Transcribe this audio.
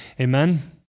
Amen